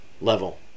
level